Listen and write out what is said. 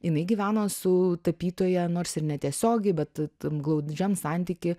jinai gyveno su tapytoja nors ir netiesiogiai bet tam glaudžiam santyky